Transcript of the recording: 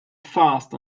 fast